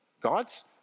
God's